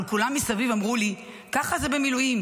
אבל כולם מסביב אמרו לי: ככה זה במילואים,